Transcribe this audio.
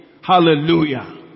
Hallelujah